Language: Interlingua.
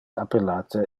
appellate